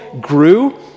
grew